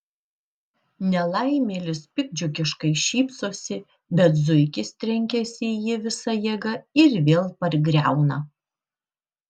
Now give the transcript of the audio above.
nelaimėlis piktdžiugiškai šypsosi bet zuikis trenkiasi į jį visa jėga ir vėl pargriauna